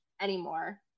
anymore